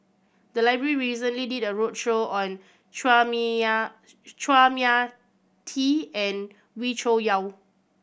the library recently did a roadshow on Chua Mia Tee and Wee Cho Yaw